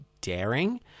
daring